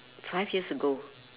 five years ago